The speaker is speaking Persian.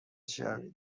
شوید